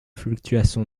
fluctuations